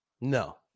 No